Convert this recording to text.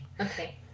Okay